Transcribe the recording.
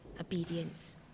obedience